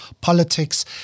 politics